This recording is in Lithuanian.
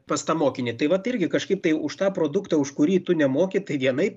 pas tą mokinį tai vat irgi kažkaip tai už tą produktą už kurį tu nemoki tai vienaip